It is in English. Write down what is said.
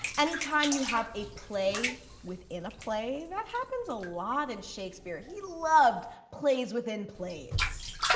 anytime you have a play within a play, that happens a lot in shakespeare, he loved plays within plays.